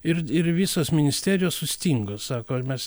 ir ir visos ministerijos sustingo sako mes